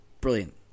brilliant